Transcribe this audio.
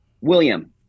William